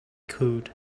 could